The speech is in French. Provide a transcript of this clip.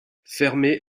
fermée